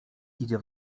idzie